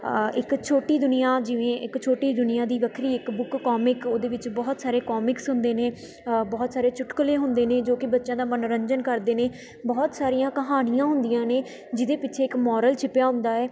ਇੱਕ ਛੋਟੀ ਦੁਨੀਆ ਜਿਵੇਂ ਇੱਕ ਛੋਟੀ ਦੁਨੀਆ ਦੀ ਵੱਖਰੀ ਇੱਕ ਬੁੱਕ ਕੌਮਿਕ ਉਹਦੇ ਵਿੱਚ ਬਹੁਤ ਸਾਰੇ ਕੌਮਿਕਸ ਹੁੰਦੇ ਨੇ ਬਹੁਤ ਸਾਰੇ ਚੁਟਕੁਲੇ ਹੁੰਦੇ ਨੇ ਜੋ ਕਿ ਬੱਚਿਆਂ ਦਾ ਮਨੋਰੰਜਨ ਕਰਦੇ ਨੇ ਬਹੁਤ ਸਾਰੀਆਂ ਕਹਾਣੀਆਂ ਹੁੰਦੀਆਂ ਨੇ ਜਿਹਦੇ ਪਿੱਛੇ ਇੱਕ ਮੋਰਲ ਛਿਪਿਆ ਹੁੰਦਾ ਹੈ